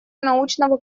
научного